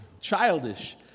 childish